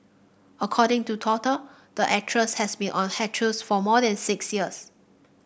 according to Toggle the actress has been on a hiatus for more than six years